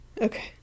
Okay